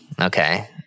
okay